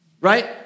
right